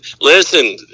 listen